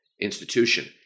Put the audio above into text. institution